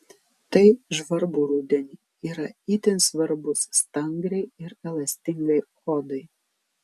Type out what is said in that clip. tai žvarbų rudenį yra itin svarbus stangriai ir elastingai odai